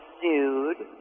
dude